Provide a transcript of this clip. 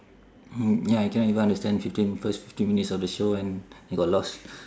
ya I cannot even understand fifteen first fifteen minutes of the show and I got lost